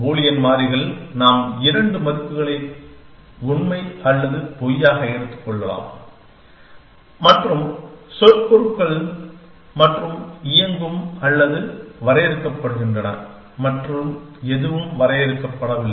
Boolean மாறிகள் நாம் இரண்டு மதிப்புகளை உண்மை அல்லது பொய்யாக எடுத்துக் கொள்ளலாம் மற்றும் சொற்பொருள்கள் மற்றும் இயங்கும் அல்லது வரையறுக்கப்படுகின்றன மற்றும் எதுவும் வரையறுக்கப் படவில்லை